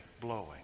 blowing